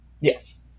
Yes